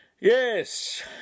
Yes